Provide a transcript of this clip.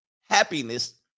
happiness